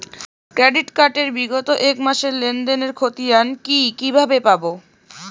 Credit card এর বিগত এক মাসের লেনদেন এর ক্ষতিয়ান কি কিভাবে পাব?